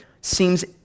seems